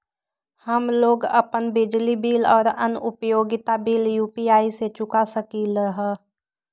हम लोग अपन बिजली बिल और अन्य उपयोगिता बिल यू.पी.आई से चुका सकिली ह